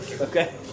okay